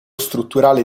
strutturale